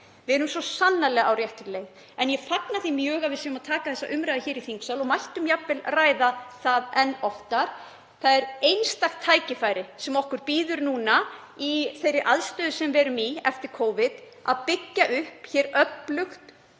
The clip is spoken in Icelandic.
Við erum svo sannarlega á réttri leið en ég fagna því mjög að við séum að taka þessa umræðu hér í þingsal og við mættum jafnvel ræða það enn oftar. Það er einstakt tækifæri sem bíður okkar núna, í þeirri aðstöðu sem við erum í eftir kófið, að byggja upp öflugt